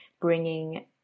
bringing